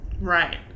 Right